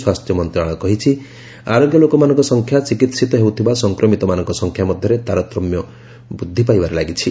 ସ୍ୱାସ୍ଥ୍ୟ ମନ୍ତ୍ରଣାଳୟ କହିଛି ଆରୋଗ୍ୟ ଲୋକମାନଙ୍କ ସଂଖ୍ୟା ଚିକିିିିତ ହେଉଥିବା ସଂକ୍ରମିତମାନଙ୍କ ସଂଖ୍ୟା ମଧ୍ୟରେ ତାରତମ୍ୟ ବୃଦ୍ଧି ପାଇବାରେ ଲାଗିଛି